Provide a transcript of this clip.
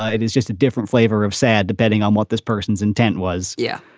ah it is just a different flavor of sad depending on what this person's intent was. yeah,